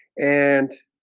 and